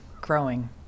growing